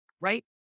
right